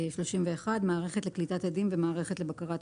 נעבור לתקנה 31, בבקשה.